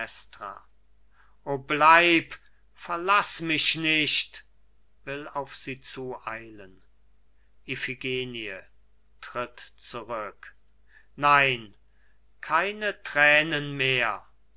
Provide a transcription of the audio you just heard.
bleib verlaß mich nicht will auf sie zueilen iphigenie tritt zurück nein keine thränen mehr